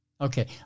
Okay